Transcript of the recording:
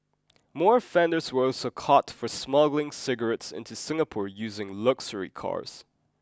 more offenders were also caught for smuggling cigarettes into Singapore using luxury cars